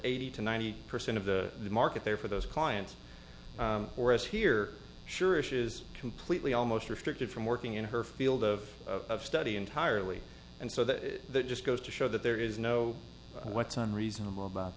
eighty to ninety percent of the market there for those clients or as here sure it is completely almost restricted from working in her field of study entirely and so that just goes to show that there is no what's on reasonable about